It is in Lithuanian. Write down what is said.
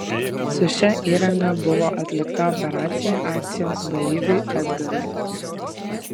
su šia įranga buvo atlikta operacija akcijos dalyviui edgarui